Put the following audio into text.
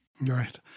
Right